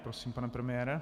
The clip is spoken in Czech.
Prosím, pane premiére.